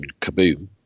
kaboom